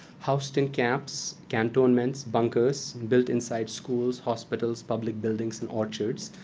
housed in camps, cantonments, bunkers and built inside schools, hospitals, public buildings, and orchards,